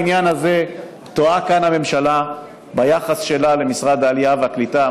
בעניין הזה טועה כאן הממשלה ביחס שלה למשרד העלייה והקליטה.